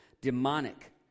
demonic